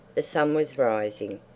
the sun was rising.